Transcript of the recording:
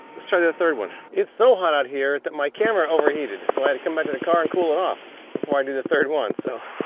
let's try the third one. it's so hot out here that my camera overheated so i had to come back to the car and cool it off before i do the third one. so